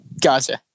Gotcha